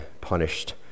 punished